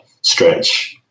stretch